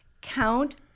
count